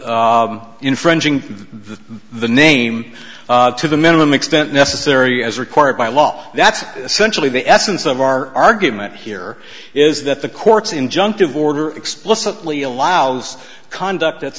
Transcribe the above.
infringing the name to the minimum extent necessary as required by law that's essentially the essence of our argument here is that the court's injunctive order explicitly allows conduct that's